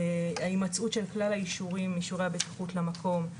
ההימצאות של כלל האישורים-אישורי הבטיחות למקום,